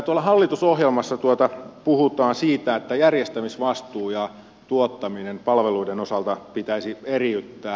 meillä hallitusohjelmassa puhutaan siitä että järjestämisvastuu ja tuottaminen palveluiden osalta pitäisi eriyttää